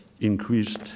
increased